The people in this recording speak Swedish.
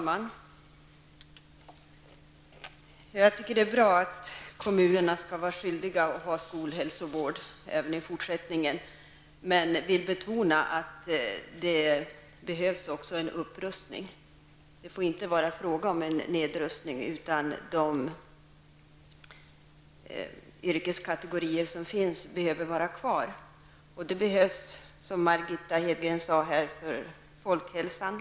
Fru talman! Det är bra att kommunerna även i fortsättningen är skyldiga att ha skolhälsovård. Men jag vill betona att det också behövs en upprustning. Det får alltså inte vara fråga om en nedrustning. De yrkeskategorier som finns i skolan behöver finnas kvar. Som Margitta Edgren sade är det nödvändigt med tanke på folkhälsan.